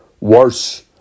worse